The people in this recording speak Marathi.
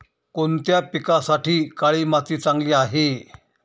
कोणत्या पिकासाठी काळी माती चांगली आहे?